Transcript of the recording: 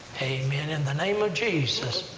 amen, in the name of jesus!